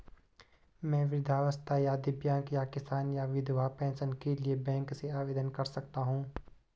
मैं वृद्धावस्था या दिव्यांग या किसान या विधवा पेंशन के लिए बैंक से आवेदन कर सकता हूँ?